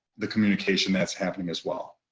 the communication that's happening as well.